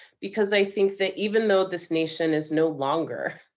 because i think that even though this nation is no longer,